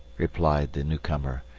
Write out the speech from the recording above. replied the newcomer,